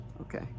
okay